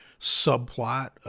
subplot